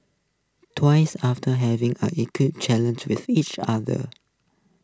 twins after having A equip challenge with each other